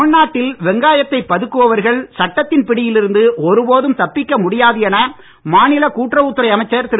தமிழ்நாட்டில் வெங்காயத்தை பதுக்குபவர்கள் மீது சட்டத்தின் பிடியில் இருந்து ஒருபோதும் தப்பிக்க முடியாது என மாநில் கூட்டுறவுத் துறை அமைச்சர் திரு